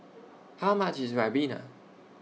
How much IS Ribena